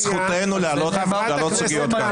זכותנו להעלות סוגיות כאלה.